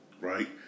right